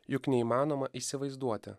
juk neįmanoma įsivaizduoti